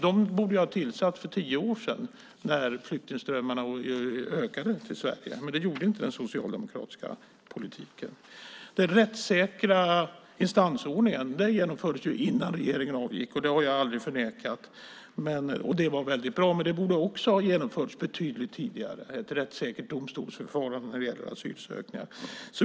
De borde ha tillsatts för tio år sedan när flyktingströmmarna till Sverige ökade. Men det gjordes inte med den socialdemokratiska politiken. Den rättssäkra instansordningen genomfördes innan regeringen avgick, och det har jag aldrig förnekat. Det var väldigt bra, men ett rättssäkert domstolsförfarande när det gäller asylansökningar borde också ha genomförts betydligt tidigare.